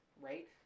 right